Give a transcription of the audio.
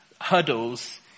huddles